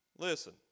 Listen